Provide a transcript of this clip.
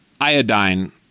iodine